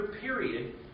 period